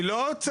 אני לא הוצאתי.